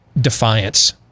defiance